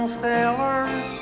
sailors